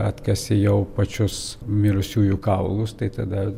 atkasi jau pačius mirusiųjų kaulus tai tada